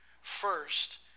First